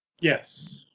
Yes